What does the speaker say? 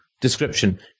Description